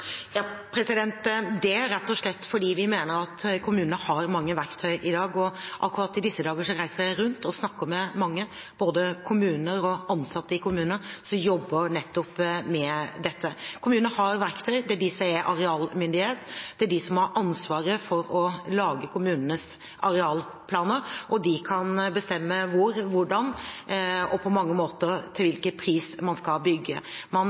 Det er rett og slett fordi vi mener at kommunene har mange verktøy i dag. I disse dager reiser jeg rundt og snakker med mange, både kommuner og ansatte i kommuner, som jobber med nettopp dette. Kommunene har verktøy, og det er de som er arealmyndighet. Det er de som har ansvaret for å lage kommunenes arealplaner, og de kan bestemme hvor og hvordan og – på mange måter – til hvilken pris man skal bygge. Man